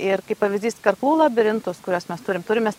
ir kaip pavyzdys karklų labirintus kuriuos mes turim turim mes